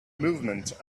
movement